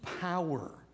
power